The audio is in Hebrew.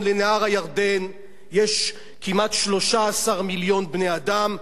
לנהר הירדן יש כמעט 13 מיליון בני-אדם,